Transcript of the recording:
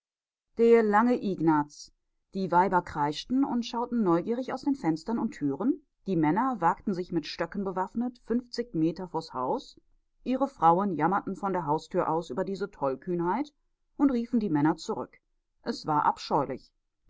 der lange ignaz die weiber kreischten und schauten neugierig aus fenstern und türen die männer wagten sich mit stöcken bewaffnet fünfzig meter vors haus ihre frauen jammerten von der haustür aus über diese tollkühnheit und riefen die männer zurück es war